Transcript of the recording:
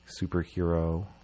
superhero